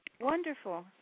Wonderful